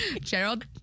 Gerald